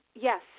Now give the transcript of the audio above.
Yes